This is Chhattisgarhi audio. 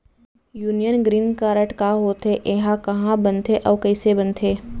यूनियन ग्रीन कारड का होथे, एहा कहाँ बनथे अऊ कइसे बनथे?